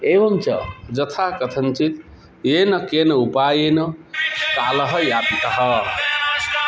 एवञ्च यथा कथञ्चित् येन केन उपायेन कालः यापितः